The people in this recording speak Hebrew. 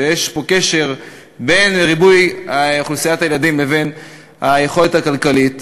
שיש קשר בין ריבוי ילדים לבין היכולת הכלכלית,